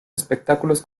espectáculos